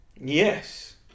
Yes